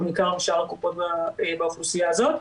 ניכר משאר הקופות באוכלוסייה הזאת,